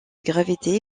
gravité